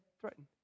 threatened